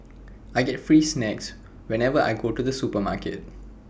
I get free snacks whenever I go to the supermarket